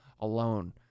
alone